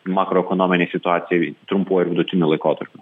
makroekonominėj situacijoj trumpuoju vidutiniu laikotarpiu